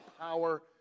power